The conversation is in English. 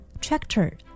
tractor